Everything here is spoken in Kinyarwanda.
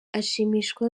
ashimishwa